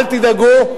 אל תדאגו,